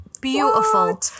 Beautiful